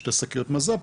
בשתי שקיות מז"פ,